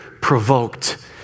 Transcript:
provoked